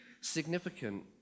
significant